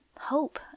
hope